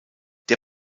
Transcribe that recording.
der